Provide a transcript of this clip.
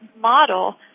model